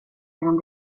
genom